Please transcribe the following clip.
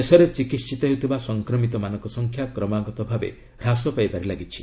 ଦେଶରେ ଚିକିିିତ ହେଉଥିବା ସଂକ୍ରମିତମାନଙ୍କ ସଂଖ୍ୟା କ୍ରମାଗତ ଭାବେ ହ୍ରାସ ପାଇବାରେ ଲାଗିଛି